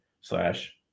slash